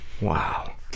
Wow